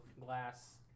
glass